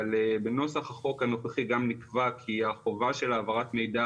אבל בנוסח החוק הנוכחי גם נקבע כי החובה של העברת מידע